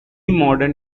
modern